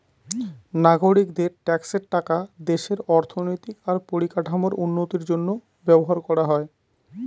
নাগরিকদের ট্যাক্সের টাকা দেশের অর্থনৈতিক আর পরিকাঠামোর উন্নতির জন্য ব্যবহার করা হয়